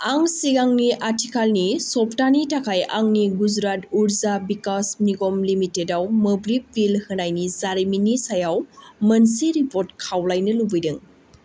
आं सिगांनि आथिखालनि सप्तानि थाखाय आंनि गुजरात उर्जा बिकास निगम लिमिटेडआव मोब्लिब बिल होनायनि जारिमिननि सायाव मोनसे रिपर्ट खावलायनो लुबैदों